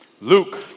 Luke